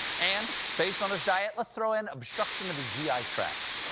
and based on his diet, let's throw in obstruction of his g i. tract.